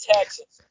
Texas